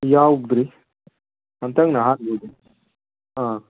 ꯌꯥꯎꯗ꯭ꯔꯤ ꯍꯟꯗꯛꯅ ꯑꯍꯥꯟꯕ ꯑꯣꯏꯗꯣꯏꯅꯤ ꯑꯥ